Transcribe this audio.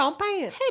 hey